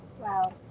wow